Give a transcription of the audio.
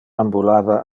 ambulava